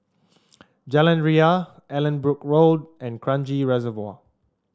Jalan Ria Allanbrooke Road and Kranji Reservoir